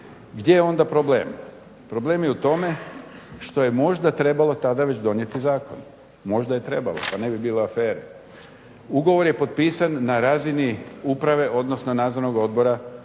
Gdje je onda problem? Problem je u tome što je možda trebalo tada već donijeti zakon. Možda je trebalo pa ne bi bilo afere. Ugovor je potpisan na razini uprave, odnosno Nadzornog odbora